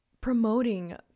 promoting